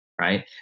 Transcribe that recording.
right